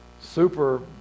super